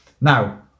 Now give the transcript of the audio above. Now